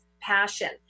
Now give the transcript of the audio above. passion